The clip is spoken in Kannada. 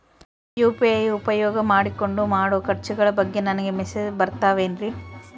ಯು.ಪಿ.ಐ ನ ಉಪಯೋಗ ಮಾಡಿಕೊಂಡು ಮಾಡೋ ಖರ್ಚುಗಳ ಬಗ್ಗೆ ನನಗೆ ಮೆಸೇಜ್ ಬರುತ್ತಾವೇನ್ರಿ?